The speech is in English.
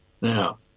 Now